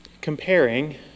comparing